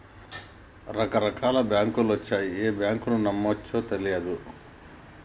రకరకాల బాంకులొచ్చినయ్, ఏ బాంకును నమ్మాలో తెల్వదు